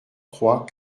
croient